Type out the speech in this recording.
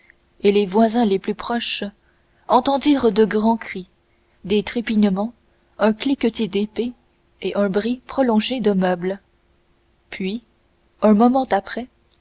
et les voisins les plus proches entendirent de grands cris des trépignements un cliquetis d'épées et un bruit prolongé de meubles puis un moment après